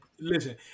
Listen